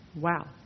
wow